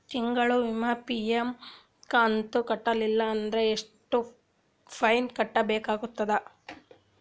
ತಿಂಗಳ ವಿಮಾ ಪ್ರೀಮಿಯಂ ಕಂತ ಕಟ್ಟಲಿಲ್ಲ ಅಂದ್ರ ಎಷ್ಟ ಫೈನ ಕಟ್ಟಬೇಕಾಗತದ?